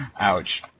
ouch